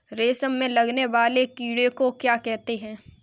रेशम में लगने वाले कीड़े को क्या कहते हैं?